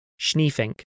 Schneefink